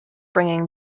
bringing